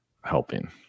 helping